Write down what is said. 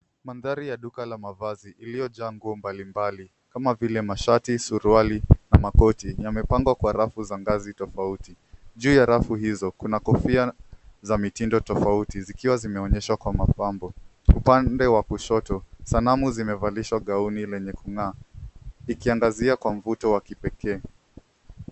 Mandhari ya duka la mavazi iliyojaa nguo mbalimbali kama vile mashati, suruali na makoti. yamepangwa kwa rafu za ngazi tofauti. Juu ya rafu hizo kuna kofia za mitindo tofauti zikiwa zimeonyeshwa kwa mapambo. Upande wa kushoto sanamu zimevalishwa gauni zenye ung'aa zikiangazia kwa mvuto wa kipekee.